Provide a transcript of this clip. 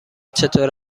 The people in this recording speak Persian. چطور